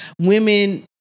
women